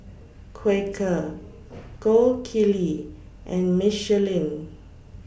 Quaker Gold Kili and Michelin